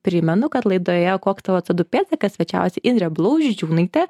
primenu kad laidoje koks tavo co du pėdsakas svečiavosi indrė blauzdžiūnaitė